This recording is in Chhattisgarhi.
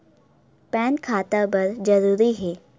पैन खाता बर जरूरी हे?